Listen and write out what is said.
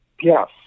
Yes